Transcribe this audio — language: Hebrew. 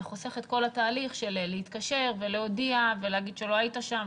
זה חוסך את כל התהליך של להתקשר ולהודיע ולהגיד שלא היית שם,